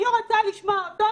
אני רוצה לשמוע אותו,